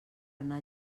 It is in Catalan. anar